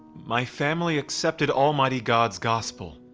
my family accepted almighty god's gospel.